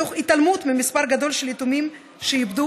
תוך התעלמות ממספר גדול של יתומים שאיבדו